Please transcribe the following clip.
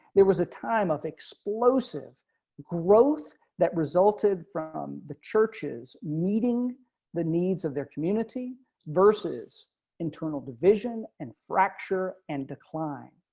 there was a time of explosive growth that resulted from the churches meeting the needs of their community versus internal division and fracture and decline.